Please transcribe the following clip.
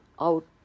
out